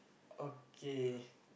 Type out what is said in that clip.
okay